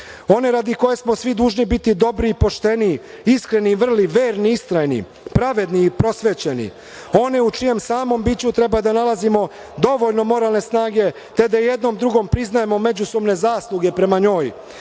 one radi koje smo svi dužni biti dobri i pošteni, iskreni i vrli, verni i istrajni, pravedni i prosvećeni, one u čijem samom biću treba da nalazimo dovoljno moralne snage, te da jedno drugom priznajemo međusobne zasluge prema njoj,